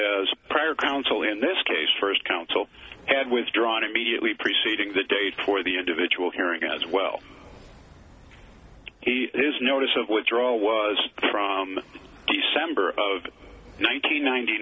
as proconsul in this case first counsel had withdrawn immediately preceding the date for the individual hearing as well he his notice of withdrawal was from december of ninety ninety